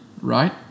right